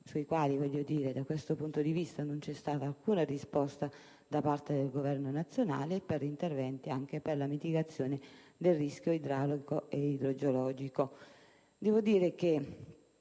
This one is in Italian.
(ai quali, da questo punto di vista, non è stata data alcuna risposta da parte del Governo nazionale) e per interventi di mitigazione del rischio idraulico e idrogeologico. Devo dire che